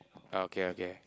okay okay